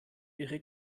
ihre